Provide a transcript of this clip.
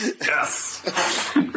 Yes